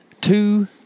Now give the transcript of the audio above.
two